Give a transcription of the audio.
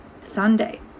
Sunday